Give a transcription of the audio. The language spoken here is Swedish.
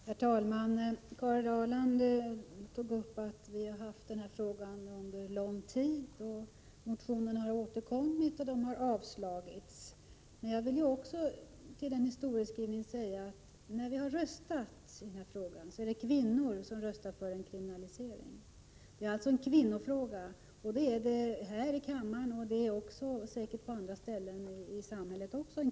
Herr talman! Karin Ahrland tog upp det faktum att utskottet haft den här frågan uppe under ett antal år — motionerna har återkommit och avslagits. Men till den historieskrivningen vill jag tillägga att när vi har röstat i den här frågan är det kvinnor som röstat för en kriminalisering. Det här är alltså en kvinnofråga — det är det här i kammaren, och det är det säkert också på andra ställen i samhället.